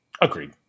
agreed